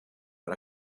but